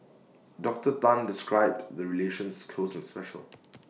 Doctor Tan described the relations close and special